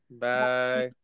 Bye